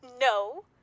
No